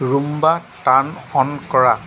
Roomba turn on কৰা